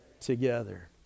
Together